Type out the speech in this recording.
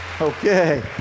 Okay